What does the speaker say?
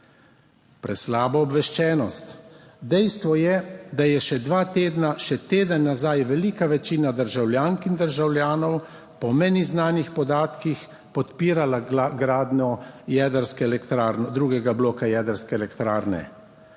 Preslaba obveščenost; dejstvo je, da je še dva tedna, še teden nazaj, velika večina državljank in državljanov po meni znanih podatkih podpirala gradnjo jedrske elektrarne